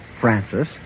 Francis